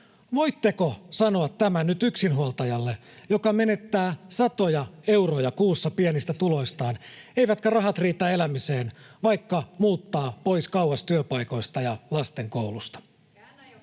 Voitteko sanoa tämän nyt yksinhuoltajalle, joka menettää satoja euroja kuussa pienistä tuloistaan, eivätkä rahat riitä elämiseen, vaikka muuttaa kauas pois työpaikoista ja lasten koulusta?